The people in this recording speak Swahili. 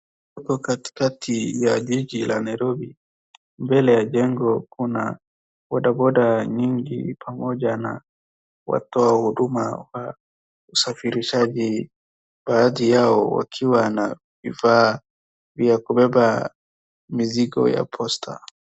Hapo katikati ya jiji la Nairobi , mbele ya jengo kuna bodaboda nyingi pamoja na watoa huduma ya usafirishaji baadhi yao wakiwa na vifaa ya kubeba mizigo ya posta .